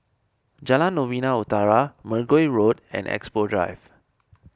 Jalan Novena Utara Mergui Road and Expo Drive